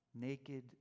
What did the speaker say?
naked